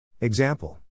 Example